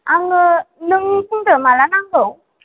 आङो नों बुंदो माला नांगौ